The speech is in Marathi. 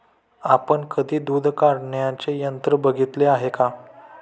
आपण कधी दूध काढण्याचे यंत्र बघितले आहे का?